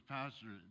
Pastor